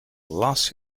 lost